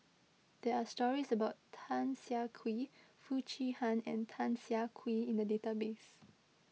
there are stories about Tan Siah Kwee Foo Chee Han and Tan Siah Kwee in the database